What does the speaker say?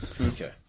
Okay